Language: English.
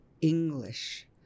English